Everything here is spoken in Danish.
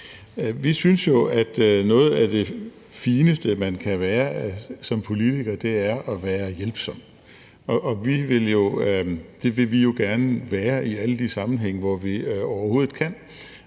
Vi synes, at noget af det fineste, man kan være som politiker, er at være hjælpsom, og det vil vi jo gerne være i alle de sammenhænge, hvor vi overhovedet kan